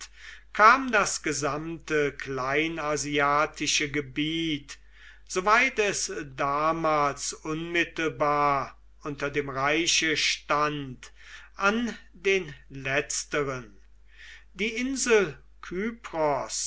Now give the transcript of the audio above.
kam das gesamte kleinasiatische gebiet so weit es damals unmittelbar unter dem reiche stand an den letzteren die insel